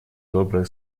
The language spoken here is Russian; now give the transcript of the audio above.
добрые